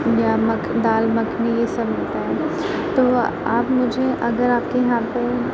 یا مکھ دال مکھنی یہ سب ملتا ہے تو آپ مجھے اگر آپ کے یہاں پہ